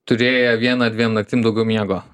turėję viena dviem naktim daugiau miego